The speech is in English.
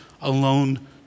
alone